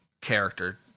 character